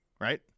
Right